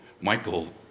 Michael